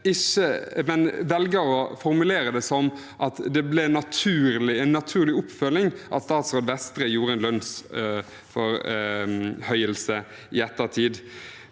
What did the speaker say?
men velger å formulere det som at det ble en naturlig oppfølging at statsråd Vestre gjorde en lønnsforhøyelse i ettertid.